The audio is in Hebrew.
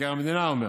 מבקר המדינה אומר,